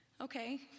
Okay